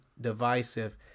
divisive